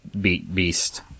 beast